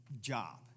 job